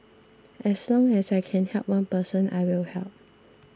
as long as I can help one person I will help